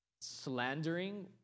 slandering